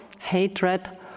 hatred